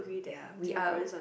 ya we are a